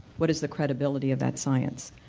what is the credibility of that science.